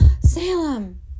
Salem